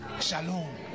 Shalom